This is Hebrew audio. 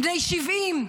בני 70,